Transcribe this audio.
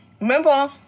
Remember